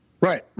Right